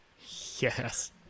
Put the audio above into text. Yes